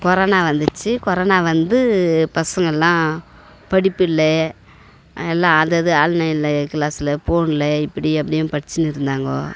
corona வந்துச்சி corona வந்து பசங்கள்லாம் படிப்பு இல்லை எல்லாம் அது அது ஆன்லைன் கிளாஸில் ஃபோனில் இப்படி அப்படியும் படிச்சுனு இருந்தாங்க